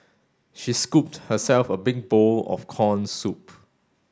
she scooped herself a big bowl of corn soup